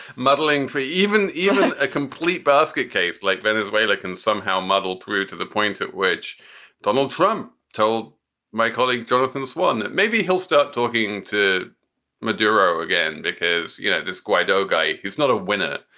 muddling through. even even a complete basket case like venezuela can somehow muddle through to the point at which donald trump told my colleague jonathan swann that maybe he'll start talking to maduro again because, you know, this guido guy is not a winner.